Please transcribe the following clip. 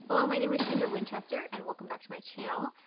hello my name is kendra winchester and welcome back to my channel.